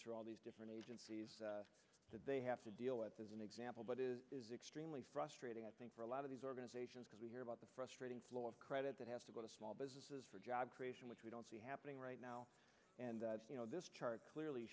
through all these different agencies that they have to deal with as an example but it is extremely frustrating i think for a lot of these organizations because we hear about the frustrating flow of credit that has to go to small businesses for job creation which we don't see happening right now and this chart clearly